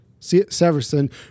Severson